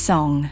Song